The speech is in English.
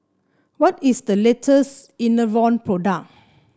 what is the laters Enervon product